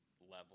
level